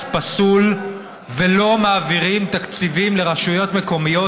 פסול ולא מעבירים תקציבים לרשויות מקומיות,